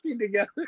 together